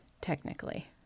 technically